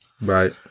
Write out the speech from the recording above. Right